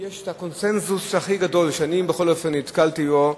יש הקונסנזוס הכי גדול שאני בכל אופן נתקלתי בו,